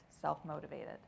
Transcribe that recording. self-motivated